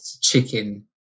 chicken